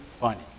funny